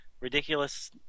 ridiculous